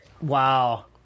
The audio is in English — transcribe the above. Wow